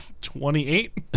Twenty-eight